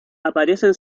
aparecen